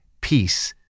peace